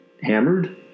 hammered